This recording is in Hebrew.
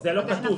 זה לא כתוב,